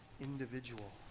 individual